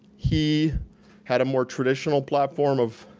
he had a more traditional platform of